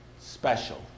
special